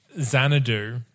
Xanadu